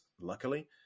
luckily